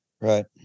Right